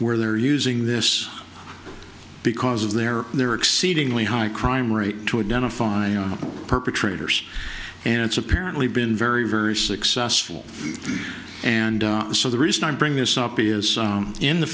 where they're using this because of their their exceedingly high crime rate to identify perpetrators and it's apparently been very very successful and so the reason i bring this up is in the